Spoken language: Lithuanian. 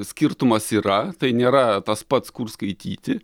skirtumas yra tai nėra tas pats kur skaityti